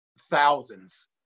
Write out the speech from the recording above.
thousands